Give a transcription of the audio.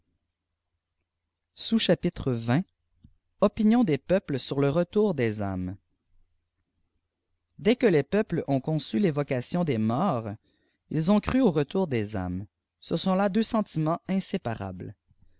opinion des peuples sur le retour des dmes dès que les peuples ont conçu l'évocation des morts ils ont cru au retour des âmes ce sont là deux sentiments inséparables